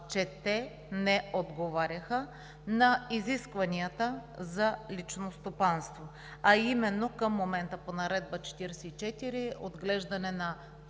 че те не отговаряха на изискванията за лично стопанство – а именно към момента по Наредба № 44 – отглеждане